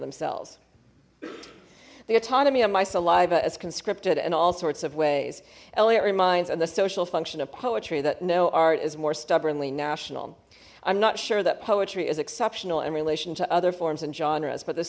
themselves the autonomy of my saliva is conscripted in all sorts of ways eliot reminds and the social function of poetry that no art is more stubbornly national i'm not sure that poetry is exceptional in relation to other forms in genres but the